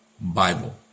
Bible